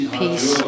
peace